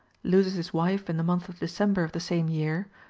loses his wife in the month of december of the same year,